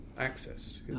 access